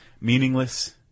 meaningless